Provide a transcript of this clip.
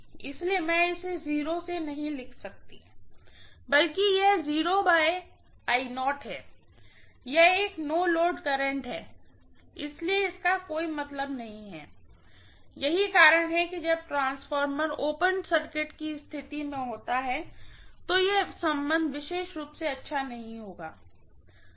इसलिए मैं इसे से नहीं लिख सकती बल्कि यह है यह एक नो लोड करंट है इसलिए इसका कोई मतलब नहीं है यही कारण है कि जब ट्रांसफॉर्मर ओपेन सर्किट की स्थिति में होता है तो यह संबंध विशेष रूप से अच्छा नहीं होता है